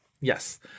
Yes